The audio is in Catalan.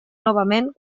novament